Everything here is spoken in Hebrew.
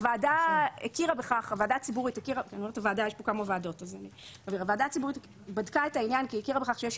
הוועדה הציבורית בדקה את העניין כי היא הכירה בכך שיש